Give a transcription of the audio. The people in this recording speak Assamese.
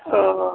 অঁ